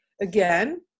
again